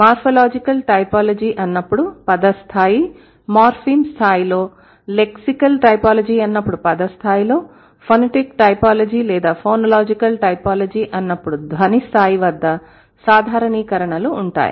morphological typology అన్నప్పుడు పదస్థాయి morpheme స్థాయిలో లెక్సికల్ టైపోలాజీ అన్నప్పుడు పద స్థాయిలో ఫొనెటిక్ టైపోలాజీ లేదా ఫొనోలాజికల్ టైపోలాజీ అన్నప్పుడు ధ్వని స్థాయి వద్ద సాధారణీకరణలు ఉంటాయి